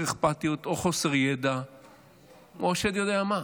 אכפתיות או חוסר ידע או השד יודע מה.